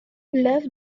love